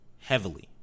heavily